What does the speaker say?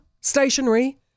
stationary